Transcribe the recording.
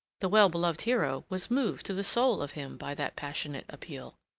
the well-beloved hero was moved to the soul of him by that passionate appeal.